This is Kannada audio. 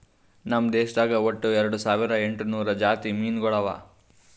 ನಮ್ ದೇಶದಾಗ್ ಒಟ್ಟ ಎರಡು ಸಾವಿರ ಎಂಟು ನೂರು ಜಾತಿ ಮೀನುಗೊಳ್ ಅವಾ